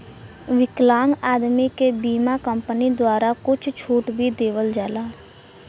विकलांग आदमी के बीमा कम्पनी द्वारा कुछ छूट भी देवल जाला